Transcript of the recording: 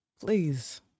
please